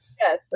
Yes